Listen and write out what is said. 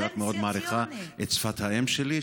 שאת מאוד מעריכה את שפת האם שלי,